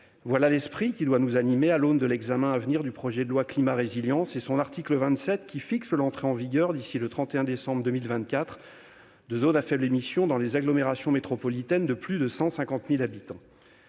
Voilà l'esprit qui doit nous animer lors de l'examen à venir du projet de loi Climat et résilience et de son article 27, qui fixe l'entrée en vigueur de zones à faibles émissions dans les agglomérations métropolitaines de plus de 150 000 habitants